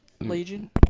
Legion